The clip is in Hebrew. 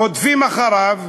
רודפים אחריו.